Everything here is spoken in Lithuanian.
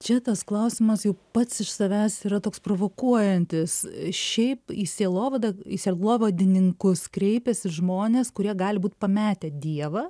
šitas klausimas jau pats iš savęs yra toks provokuojantis šiaip į sielovadą į sielovadininkus kreipiasi žmonės kurie gali būti pametę dievą